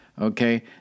Okay